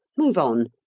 move on!